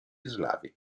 slavi